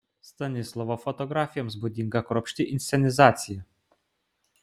stanislovo fotografijoms būdinga kruopšti inscenizacija